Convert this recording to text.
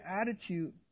attitude